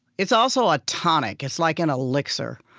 it's also a tonic. it's like an elixir.